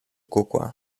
kukłę